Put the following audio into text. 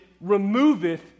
removeth